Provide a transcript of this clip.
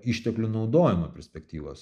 išteklių naudojimo perspektyvos